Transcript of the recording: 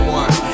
one